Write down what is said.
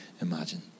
imagine